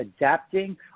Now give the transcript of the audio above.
adapting